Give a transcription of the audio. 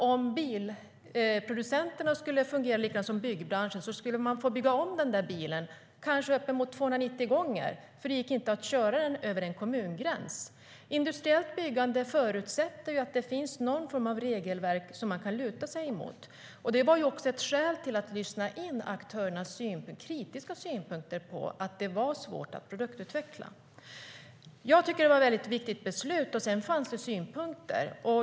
Om bilproducenterna skulle fungera likadant som byggbranschen skulle man få bygga om bilen kanske uppemot 290 gånger, eftersom det inte gick att köra den över en kommungräns. Industriellt byggande förutsätter att det finns någon form av regelverk som man kan luta sig emot. Det var också ett skäl till att lyssna in aktörernas kritiska synpunkter på att det var svårt att produktutveckla. Det var ett väldigt viktigt beslut, och sedan fanns det synpunkter.